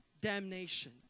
damnation